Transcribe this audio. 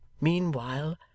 meanwhile